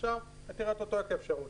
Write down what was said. ועכשיו אתה תראה את אותו היקף שירות.